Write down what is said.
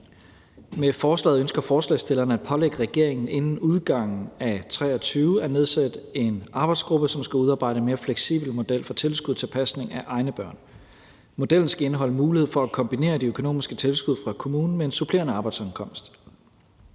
Med forslaget ønsker forslagsstillerne at pålægge regeringen inden udgangen af 2023 at nedsætte en arbejdsgruppe, som skal udarbejde en mere fleksibel model for tilskud til pasning af egne børn. Modellen skal indeholde mulighed for at kombinere de økonomiske tilskud fra kommunen med en supplerende arbejdsindkomst.